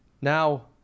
Now